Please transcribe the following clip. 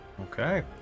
Okay